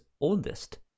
oldest